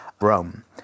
Rome